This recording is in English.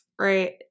right